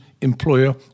employer